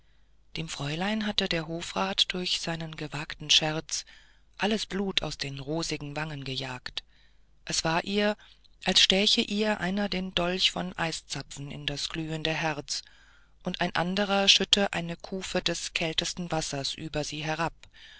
dem fräulein hatte der hofrat durch seinen gewagten scherz alles blut aus den rosigen wangen gejagt es war ihr als stäche ihr einer einen dolch von eiszapfen in das glühende herz und ein anderer schütte eine kufe des kältesten wassers über sie herab